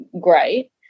great